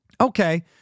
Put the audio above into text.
Okay